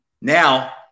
Now